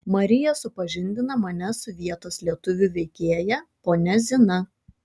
marija supažindina mane su vietos lietuvių veikėja ponia zina